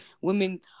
women